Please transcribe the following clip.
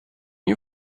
you